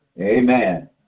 Amen